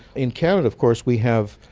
in canada of course we have,